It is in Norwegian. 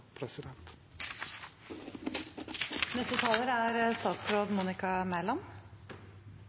justisminister Kallmyr. Er statsråd Mæland